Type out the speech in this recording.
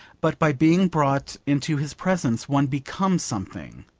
but by being brought into his presence one becomes something.